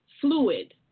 fluid